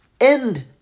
end